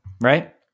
Right